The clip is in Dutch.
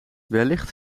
wellicht